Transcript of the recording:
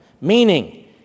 meaning